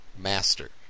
Master